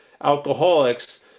alcoholics